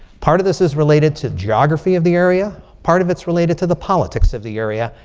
part of this is related to geography of the area. part of it's related to the politics of the area.